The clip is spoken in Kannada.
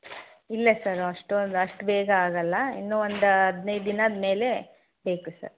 ಇಲ್ಲ ಸರ್ ಅಷ್ಟೊಂದು ಅಷ್ಟು ಬೇಗ ಆಗಲ್ಲ ಇನ್ನೂ ಒಂದು ಹದಿನೈದು ದಿನದ ಮೇಲೇ ಬೇಕು ಸರ್